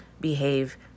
behave